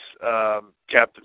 captain